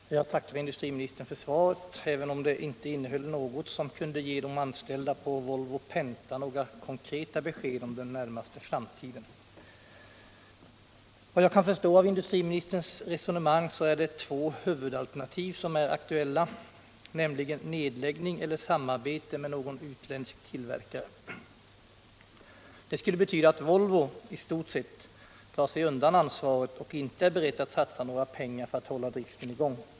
Herr talman! Jag tackar industriministern för svaret. även om det inte innehöll något som kunde ge de anställda på Volvo-Penta några konkreta besked om den närmaste framtiden. Enligt vad jag kan förstå av industriministerns resonemang är det två huvudalternativ som är aktuella, nämligen nedläggning eller samarbete med någon utländsk tillverkare. Det skulle betyda att Volvo i stort sett drar sig undan ansvaret och inte är berett att satsa några pengar för att hålla driften i gång.